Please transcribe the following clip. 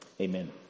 Amen